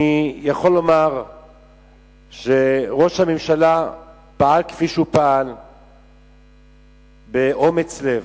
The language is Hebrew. אני יכול לומר שראש הממשלה פעל כפי שהוא פעל באומץ לב,